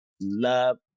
Love